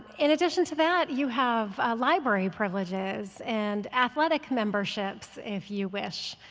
in addition to that, you have ah library privileges and athletic memberships, if you wish.